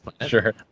sure